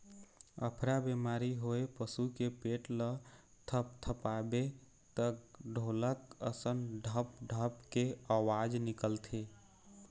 अफरा बेमारी होए पसू के पेट ल थपथपाबे त ढोलक असन ढप ढप के अवाज निकलथे